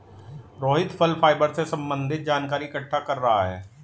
रोहित फल फाइबर से संबन्धित जानकारी इकट्ठा कर रहा है